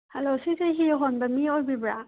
hello ꯁꯤꯁꯦ ꯍꯤ ꯍꯣꯟꯕ ꯃꯤ ꯑꯣꯏꯕꯤꯕ꯭ꯔꯥ